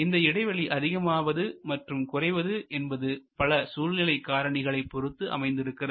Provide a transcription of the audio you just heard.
இந்த இடைவெளி அதிகமாவது மற்றும் குறைவது என்பது பல சூழ்நிலை காரணிகளைப் பொறுத்து அமைந்திருக்கிறது